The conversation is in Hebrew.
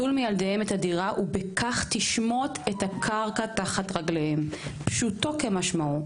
טול מילדיהם את הדירה ובכך תשמוט את הקרקע תחת רגליהם פשוטו כמשמעו,